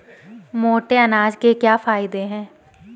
मोटे अनाज के क्या क्या फायदे हैं?